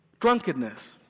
drunkenness